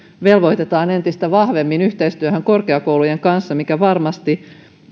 velvoitetaan entistä vahvemmin yhteistyöhön korkeakoulujen kanssa mikä varmasti